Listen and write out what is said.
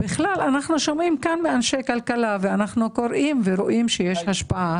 אנו שומעים פה מאנשי כלכלה וקוראים ורואים שיש השפעה.